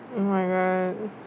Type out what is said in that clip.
oh my god